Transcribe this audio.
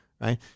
Right